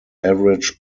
average